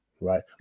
right